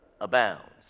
abounds